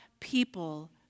People